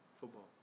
football